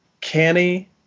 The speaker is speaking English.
canny